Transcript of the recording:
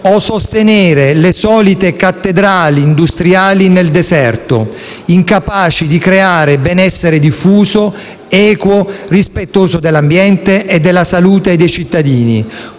sostenere le solite cattedrali industriali nel deserto, incapaci di creare benessere diffuso, equo, rispettoso dell'ambiente e della salute dei cittadini,